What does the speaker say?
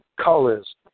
colors